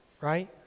right